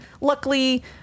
luckily